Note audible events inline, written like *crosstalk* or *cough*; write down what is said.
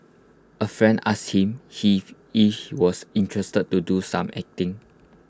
A friend asked him *unintelligible* was interested to do some acting